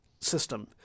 system